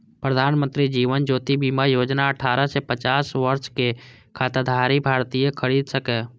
प्रधानमंत्री जीवन ज्योति बीमा योजना अठारह सं पचास वर्षक खाताधारी भारतीय खरीद सकैए